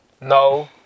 no